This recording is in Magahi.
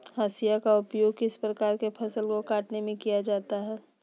हाशिया का उपयोग किस प्रकार के फसल को कटने में किया जाता है?